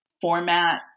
format